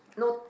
no